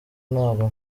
ntabwo